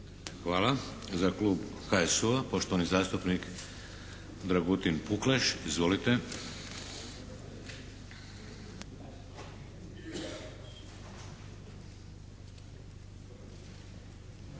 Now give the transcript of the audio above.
Hvala. Za klub HSU-a, poštovani zastupnik Dragutin Pukleš, izvolite.